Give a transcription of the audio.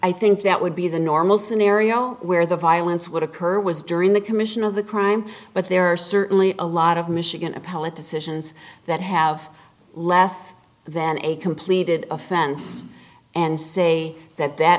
i think that would be the normal scenario where the violence would occur was during the commission of the crime but there are certainly a lot of michigan appellate decisions that have less than a completed offense and say that that